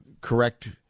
correct